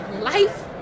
life